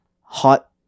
hot